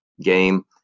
game